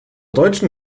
deutschen